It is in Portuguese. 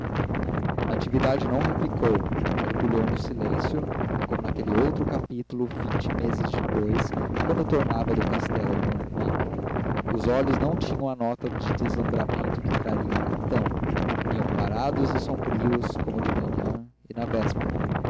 natividade não replicou mergulhou no silêncio como naquele outro capítulo vinte meses depois quando tornava do castelo com a irmã os olhos não tinham a nota de deslumbramento que trariam então iam parados e sombrios como de manhã e na véspera